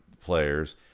players